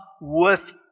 worth